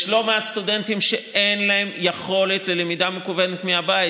יש לא מעט סטודנטים שאין להם יכולת ללמידה מקוונת מהבית.